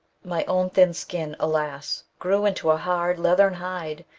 my own thin skin, alas! grew into a hard leathern hide,